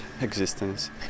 existence